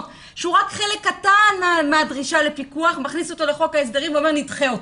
- שהוא רק חלק קטן מהדרישה לפיקוח - לחוק ההסדרים ואומר נדחה אותו.